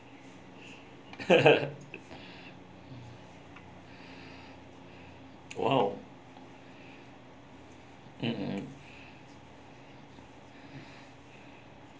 !wow! mm